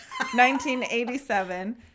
1987